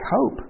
hope